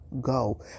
go